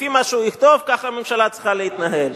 לפי מה שהוא יכתוב, ככה הממשלה צריכה להתנהל.